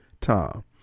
Tom